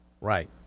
Right